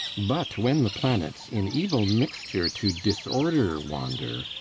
but when the planets in evil mixture to disorder wander,